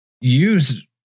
use